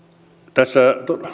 tässä